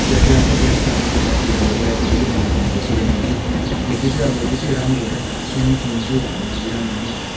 त्यसलाई त्यसलाई ग्यासमा भेपोराइज गरेर चाहिँ बनाएको हुन्छ सिलिन्डर चाहिँ अन्त त्यो चाहिँ अब त्यो चाहिँ राम्रो होइन खास चाहिँ मिथेन चाहिँ हाम्रा लागि राम्रो होइन